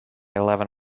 eleven